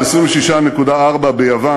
26.4%; ביוון,